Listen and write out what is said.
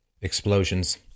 explosions